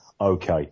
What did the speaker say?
Okay